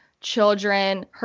children